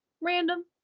random